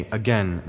again